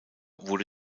wurde